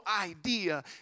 idea